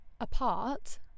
apart